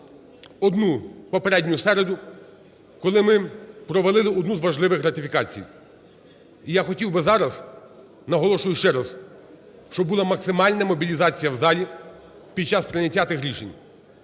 одну попередню середу, коли ми провалили одну з важливих ратифікацій. І я хотів би зараз, наголошую ще раз, щоб була максимальна мобілізація в залі під час прийняття тих рішень.